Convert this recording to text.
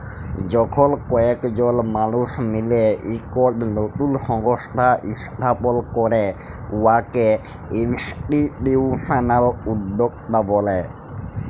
যখল কয়েকজল মালুস মিলে ইকট লতুল সংস্থা ইস্থাপল ক্যরে উয়াকে ইলস্টিটিউশলাল উদ্যক্তা ব্যলে